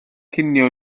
cinio